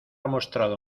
mostrado